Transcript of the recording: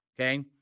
okay